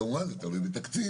כמובן זה תלוי בתקציב,